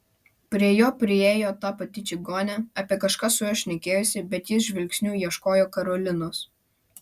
prie jo priėjo ta pati čigonė apie kažką su juo šnekėjosi bet jis žvilgsniu ieškojo karolinos